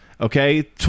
Okay